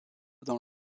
dans